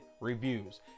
reviews